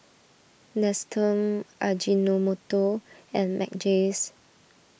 Nestum Ajinomoto and Mackays